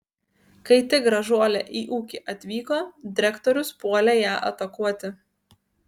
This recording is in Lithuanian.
kai tik gražuolė į ūkį atvyko direktorius puolė ją atakuoti